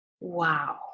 wow